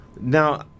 Now